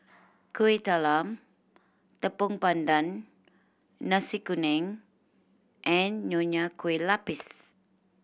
Kuih Talam Tepong Pandan Nasi Kuning and Nonya Kueh Lapis